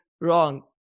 wrong